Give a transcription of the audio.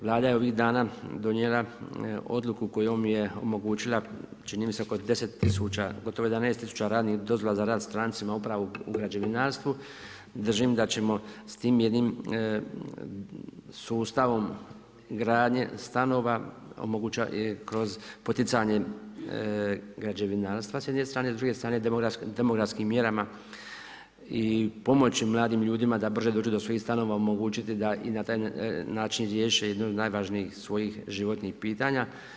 Vlada je ovih dana donijela odluku kojom je omogućila čini mi se oko 10 000, gotovo 11 000 radnih dozvola za rad strancima upravo u građevinarstvu, držim da ćemo s tim jednim sustavom gradnje stanova kroz poticanje građevinarstva s jedne strane, s druge strane demografskim mjerama i pomoći mladim ljudima da brže dođu svojih stanova omogućiti da i na taj način riješe jedno od najvažnijih svojih životnih pitanja.